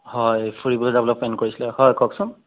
হয় ফুৰিবলে যাবলে প্লেন কৰিছিলে হয় কওকচোন